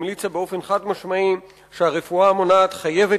המליצה באופן חד-משמעי שהרפואה המונעת חייבת